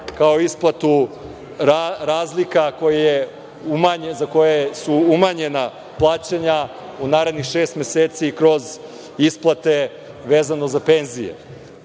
kao isplatu razlika za koje su umanjena plaćanja u narednih šest meseci kroz isplate vezano za penzije. Naravno,